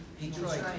Detroit